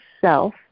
self